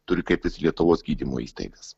turi kreiptis į lietuvos gydymo įstaigas